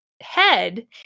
head